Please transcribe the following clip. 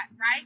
right